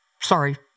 sorry